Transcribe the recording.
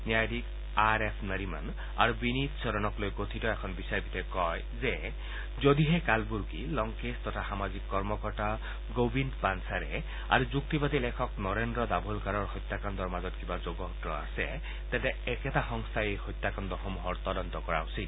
ন্যায়াধীশ R F Nariman আৰু বিনীত ছৰণক লৈ গঠিত এখন বিচাৰপীঠে কয় যে যদিহে কালবুৰ্গি লংকেশ তথা সামাজিক কৰ্মকৰ্তা গোবিন্দ পানচাৰে আৰু যুক্তিবাদী লেখক নৰেন্দ্ৰ ডাভোলকৰৰ হত্যাকাণ্ডৰ মাজত কিবা যোগসূত্ৰ আছে তেন্তে একেটা সংস্থাই এই হত্যাকাণ্ডসমূহৰ তদন্ত কৰা উচিত